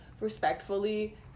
respectfully